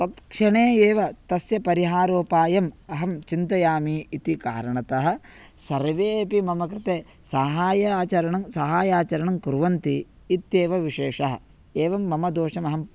तत्क्षणे एव तस्य परिहारोपायम् अहं चिन्तयामि इति कारणतः सर्वेऽपि मम कृते सहायाचरणं सहायाचरणं कुर्वन्ति इत्येव विशेषः एवं मम दोषमहं